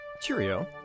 Cheerio